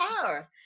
power